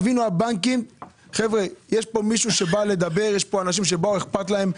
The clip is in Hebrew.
יש אנשים שאכפת להם.